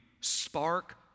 spark